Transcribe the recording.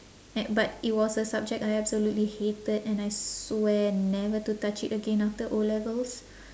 at but it was a subject I absolutely hated and I swear never to touch it again after O-levels